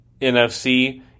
NFC